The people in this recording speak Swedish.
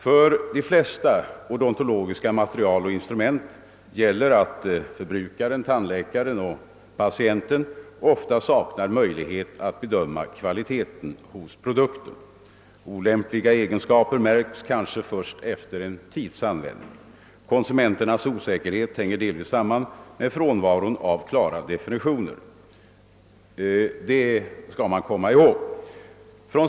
För de flesta odontologiska material och instrument gäller att förbrukaren — tandläkaren och patienten — ofta saknar möjlighet att bedöma kvaliteten hos produkten. Olämpliga egenskaper märks kanske först efter en tids användning. Konsumenternas osäkerhet hänger delvis samman med frånvaron av klara definitioner. Detta bör man komma ihåg.